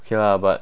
okay lah but